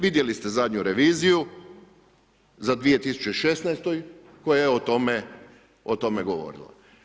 Vidjeli ste zadnju reviziju za 2016. koja je o tome govorila.